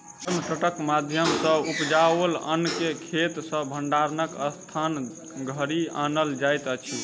farm ट्रकक माध्यम सॅ उपजाओल अन्न के खेत सॅ भंडारणक स्थान धरि आनल जाइत अछि